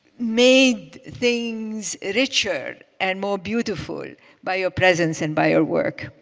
made things richer and more beautiful by your presence and by your work.